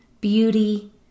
beauty